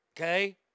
Okay